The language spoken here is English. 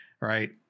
right